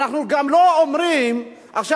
אנחנו גם לא אומרים עכשיו,